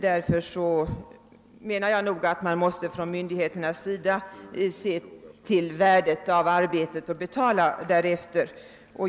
Därför måste myndigheterna enligt min mening se till värdet av arbetet och betala därefter.